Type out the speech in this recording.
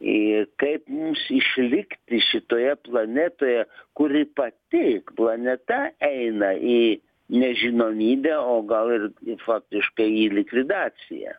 ir kaip mums išlikti šitoje planetoje kuri pati planeta eina į nežinomybę o gal ir į faktiškai į likvidaciją